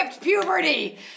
puberty